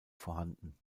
vorhanden